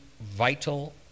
vital